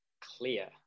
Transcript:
clear